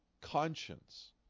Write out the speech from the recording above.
conscience